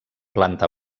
planta